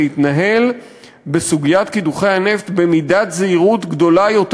להתנהל בסוגיית קידוחי הנפט במידת זהירות גדולה יותר.